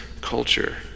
culture